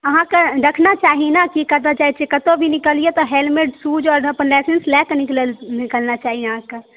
अहाँके देखना चाही ने की कतय जाइ छियै कतौ भी निकलियौ तऽ हेलमेट शूज आओर अपन लायसेन्स लय कऽ निकलना चाही अहाँकेॅं